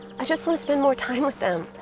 i just wanna spend more time with them.